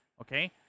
Okay